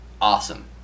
Awesome